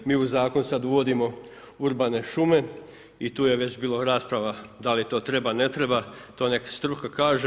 Mi u zakon sada uvodimo urbane šume i tu je već bilo rasprava da li to treba, ne treba to neka struka kaže.